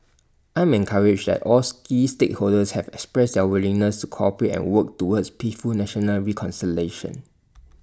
I am encouraged that all key stakeholders have expressed their willingness to cooperate and work towards peaceful national reconciliation